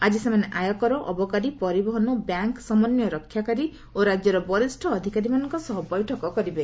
ଆଜି ସେମାନେ ଆୟକର ଅବକାରୀ ପରିବହନ ବ୍ୟାଙ୍କ୍ ସମନ୍ୱୟ ରକ୍ଷାକାରୀ ଓ ରାଜ୍ୟର ବରିଷ ଅଧିକାରୀମାନଙ୍କ ସହ ବୈଠକ କରିବେ